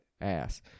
ass